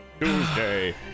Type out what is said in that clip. Tuesday